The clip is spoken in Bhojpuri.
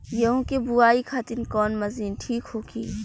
गेहूँ के बुआई खातिन कवन मशीन ठीक होखि?